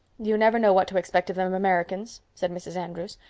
you never know what to expect of them americans, said mrs. andrews.